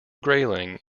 grayling